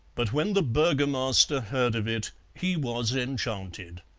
but when the burgomaster heard of it he was enchanted.